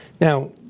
Now